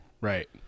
Right